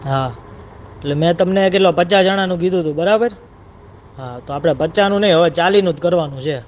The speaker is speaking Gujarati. હા એટલે મેં તમને કેટલા પચાસ જણાનું કીધું હતું બરાબર હ તો આપણે પચાસનું નહીં હવે ચાલીસનું જ કરવાનું છે